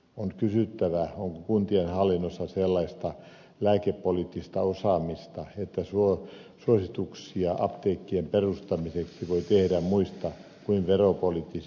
on kysyttävä onko kuntien hallinnossa sellaista lääkepoliittista osaamista että suosituksia apteekkien perustamiseksi voi tehdä muista kuin veropoliittisista syistä